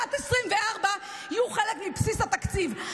בשנת 2024 יהיו חלק מבסיס התקציב.